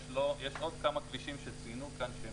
יש עוד כמה כבישים שציינו כאן שהם